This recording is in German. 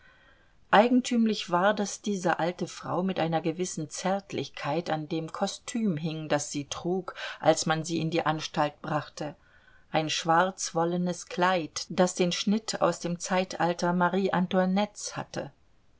eigentümlich war daß diese alte frau mit einer gewissen zärtlichkeit an dem kostüm hing das sie trug als man sie in die anstalt brachte ein schwarz wollenes kleid das den schnitt aus dem zeitalter marie antoinettes hatte